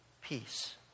peace